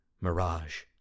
Mirage